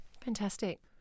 Fantastic